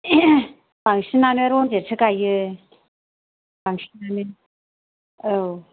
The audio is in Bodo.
बांसिनानो रनजितसो गायो बांसिनानो औ